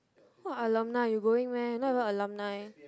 what alumni you going meh you not even alumni